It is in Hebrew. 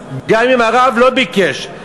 גם אם הרב לא ביקש,